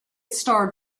starred